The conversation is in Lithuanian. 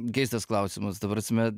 keistas klausimas ta prasme